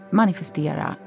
manifestera